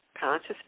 conscious